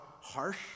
harsh